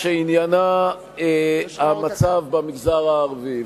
שעניינה המצב במגזר הערבי.